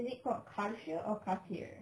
is it called cartier or cartier